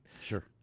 Sure